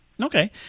Okay